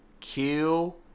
kill